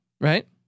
Right